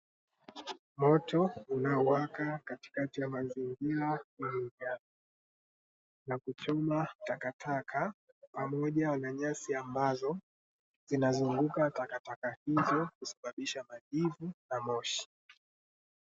Moto unao waka katikati ya mazingira na kuchoma takataka pamoja na nyasi ambazo zinazunguka takataka hizo kusababisha majivu na moshi.